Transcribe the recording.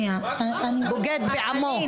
בוגד בעמו.